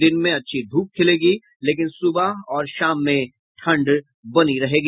दिन में अच्छी धूप खिलेगी लेकिन सुबह और शाम में ठंड बनी रहेगी